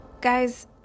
Guys